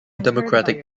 democratic